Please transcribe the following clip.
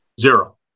Zero